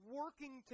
working